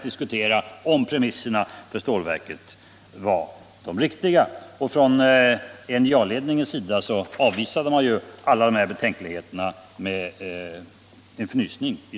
Inom NJA-ledningen avvisade man alla betänkligheter med en fnysning.